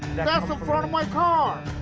that's the front of my car!